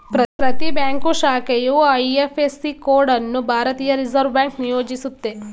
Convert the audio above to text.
ಪ್ರತಿ ಬ್ಯಾಂಕ್ ಶಾಖೆಯು IFSC code ಅನ್ನು ಭಾರತೀಯ ರಿವರ್ಸ್ ಬ್ಯಾಂಕ್ ನಿಯೋಜಿಸುತ್ತೆ